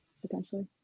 potentially